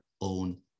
own